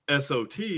SOT